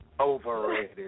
overrated